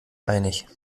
einig